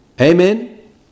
Amen